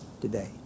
today